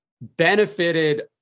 benefited